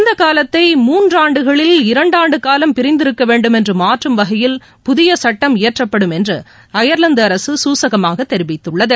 இந்த காலத்தை மூன்று ஆண்டுகளில் இரண்டு ஆண்டு காலம் பிரிந்து இருக்கவேண்டும் என்று மாற்றும் வகையில் புதிய சுட்டம் இயற்றப்படும் என்று அயர்லாந்து அரசு சூசகமாக தெரிவித்துள்ளது